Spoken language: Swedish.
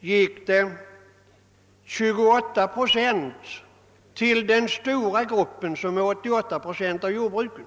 gick 28 procent till den stora gruppen, som utgör 88 procent av jordbruken.